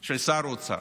של שר האוצר,